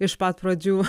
iš pat pradžių